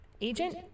agent